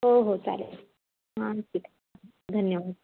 हो हो चालेल हां ठीक आहे धन्यवाद